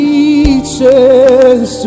Reaches